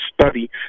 study